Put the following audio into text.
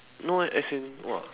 no eh as in !wah!